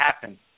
happen